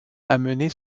amenait